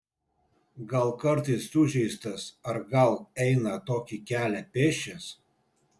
gal kartais sužeistas ar gal eina tokį kelią pėsčias